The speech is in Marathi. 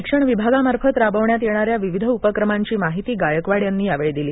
शिक्षण विभागामार्फत राबविण्यात येणाऱ्या विविध उपक्रमांची माहिती गायकवाड यांनी यावेळी दिली